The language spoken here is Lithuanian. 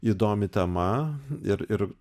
įdomi tema ir ir